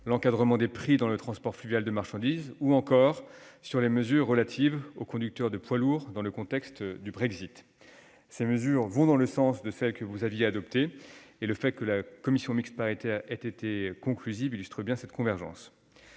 l'encadrement des prix dans le transport fluvial de marchandises, ou encore sur les mesures relatives aux conducteurs de poids lourds dans le contexte du Brexit. Ces mesures vont dans le sens de celles que vous aviez adoptées, et le fait que la conclusion mixte paritaire ait été conclusive illustre bien cette convergence.